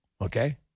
Okay